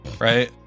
Right